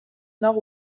nord